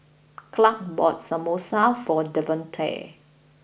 Clark bought Samosa for Davonte